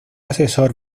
asesor